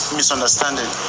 misunderstanding